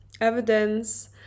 evidence